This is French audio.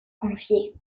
confiés